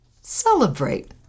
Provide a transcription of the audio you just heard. Celebrate